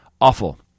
awful